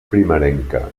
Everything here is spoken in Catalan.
primerenca